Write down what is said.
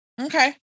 Okay